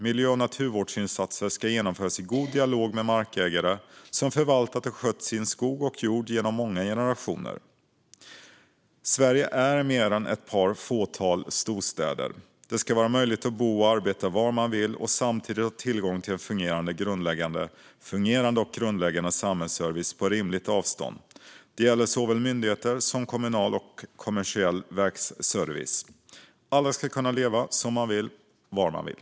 Miljö och naturvårdsinsatser ska genomföras i god dialog med markägare som förvaltat och skött sin skog och jord genom många generationer. Sverige är mer än ett fåtal storstäder. Det ska vara möjligt att bo och arbeta var man vill och samtidigt ha tillgång till en fungerande och grundläggande samhällsservice på rimligt avstånd. Detta gäller såväl myndigheter som kommunal och kommersiell service. Alla ska kunna leva som man vill, var man vill.